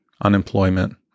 unemployment